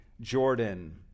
Jordan